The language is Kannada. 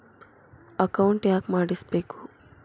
ಅಕೌಂಟ್ ಯಾಕ್ ಮಾಡಿಸಬೇಕು?